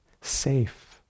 safe